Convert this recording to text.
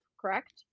correct